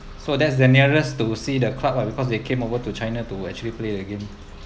so that's the nearest to see the club lah because they came over to china to actually play again